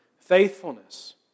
faithfulness